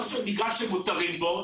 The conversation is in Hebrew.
לא של מגרש שמותרים בו,